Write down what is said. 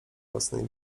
własnej